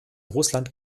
russland